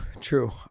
true